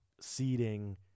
seeding